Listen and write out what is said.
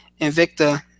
Invicta